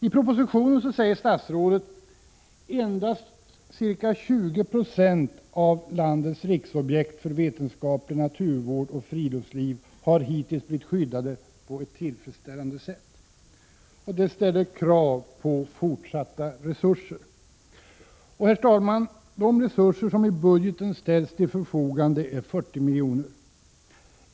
I propositionen säger statsrådet att endast ca 20 96 av landets riksobjekt för vetenskaplig naturvård och friluftsliv hittills har blivit skyddade på ett tillfredsställande sätt. Detta ställer krav på fortsatta resurser. Herr talman! De resurser som enligt budgeten ställs till förfogande är 40 miljoner.